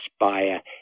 inspire